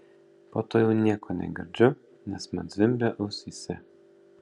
po to jau nieko negirdžiu nes man zvimbia ausyse